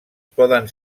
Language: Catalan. poden